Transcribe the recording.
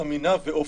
אמינה ואופק.